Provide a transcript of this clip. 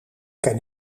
ken